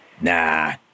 Nah